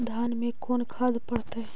धान मे कोन खाद पड़तै?